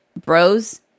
bros